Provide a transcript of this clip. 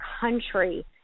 country